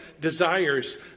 desires